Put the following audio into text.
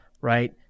right